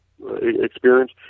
experience